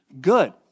good